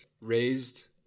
raised